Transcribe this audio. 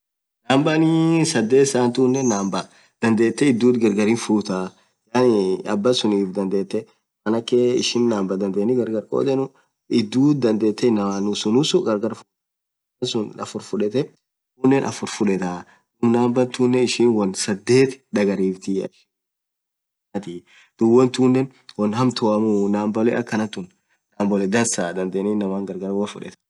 Number niin sadhethii tunen number dhadhethe idhuuthi gargar futhaaa yaani abasunif dhadhethe maaanake ishin number dhadhethe gargar khodhenu idhuuthi dandhethe nusu nusuana gargar fudheni abasun afur fudhetha khuninen afur fudhetha dhub number tunen ishin won sadhethi dhagariftii dhub won thunen won hamtuamuuu numboleee akhanathun nambolee dhansaa